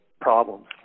problems